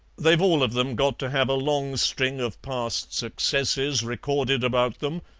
they've all of them got to have a long string of past successes recorded about them,